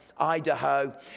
Idaho